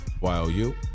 Y-O-U